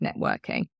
networking